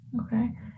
Okay